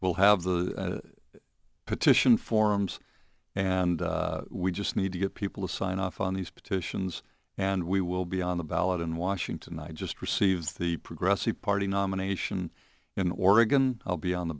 we'll have the petition forms and we just need to get people to sign off on these petitions and we will be on the ballot in washington i just received the progressive party nomination in oregon i'll be on the